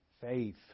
faith